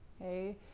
okay